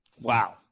Wow